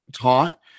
taught